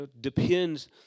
depends